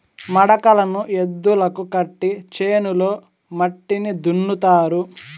మడకలను ఎద్దులకు కట్టి చేనులో మట్టిని దున్నుతారు